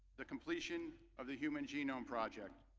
the completion of the human genome project,